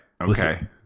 Okay